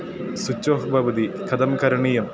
switch off भवति कथं करणीयं